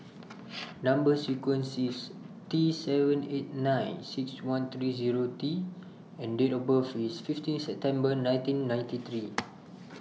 Number sequence IS T seven eight nine six one three Zero T and Date of birth IS fifteen September nineteen ninety three